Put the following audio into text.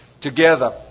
together